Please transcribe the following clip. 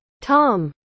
Tom